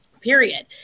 period